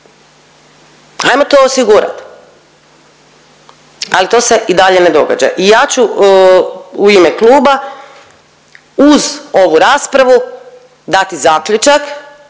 ajmo to osigurat. Ali to se i dalje ne događa. I ja ću u ime kluba uz ovu raspravu dati zaključak